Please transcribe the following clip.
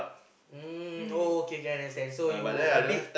mm oh okay can understand so you a bit